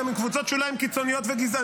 אני אענה